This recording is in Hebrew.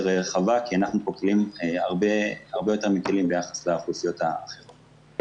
רחבה כי הנחנו פה כלים הרבה יותר מקלים ביחס לאוכלוסיות הללו.